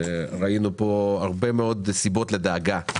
ראינו פה הרבה מאוד סיבות לדאגה,